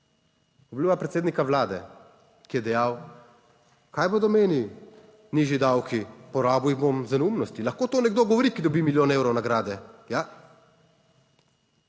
Obljuba predsednika Vlade, ki je dejal, kaj bodo meni nižji davki, porabil jih bom za neumnosti. Lahko to nekdo govori, ki dobi milijon evrov nagrade,